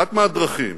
אחת מהדרכים